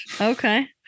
Okay